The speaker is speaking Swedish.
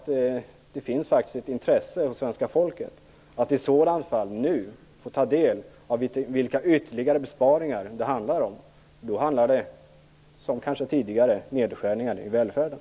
Det finns ett intresse hos det svenska folket för att i så fall nu få ta del av vilka ytterligare besparingar det handlar om. Det handlar kanske, som tidigare, om nedskärningar i välfärden.